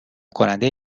کننده